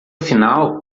final